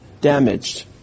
damaged